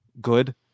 good